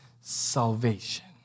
salvation